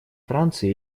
франции